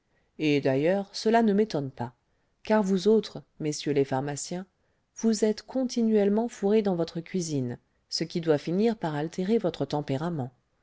et d'ailleurs cela ne m'étonne pas car vous autres messieurs les pharmaciens vous êtes continuellement fourrés dans votre cuisine ce qui doit finir par altérer votre tempérament